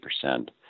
percent